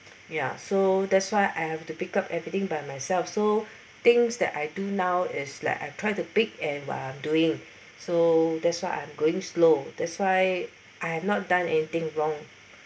ya so that's why I have to pick up everything by myself so things that I do now is like I try to pick and while I'm doing so that's why I'm going slow that's why I have not done anything wrong